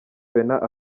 venant